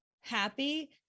happy